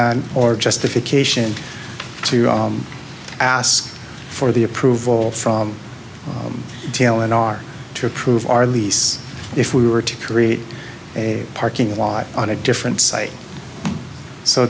on or justification to ask for the approval from jail in our to approve our lease if we were to create a parking lot on a different site so